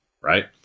right